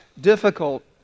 difficult